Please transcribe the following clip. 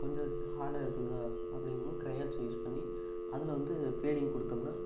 கொஞ்சம் ஹார்டாக இருக்குது அப்படிங்குபோது க்ரையான்ஸை யூஸ் பண்ணி அதில் வந்து ஃபேடிங் கொடுத்தோம்னா